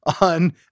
on